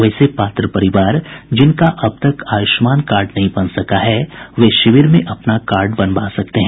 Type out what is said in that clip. वैसे पात्र परिवार जिनका अब तक आयुष्मान कार्ड नहीं बन सका है वे शिविर में अपना कार्ड बनवा सकते हैं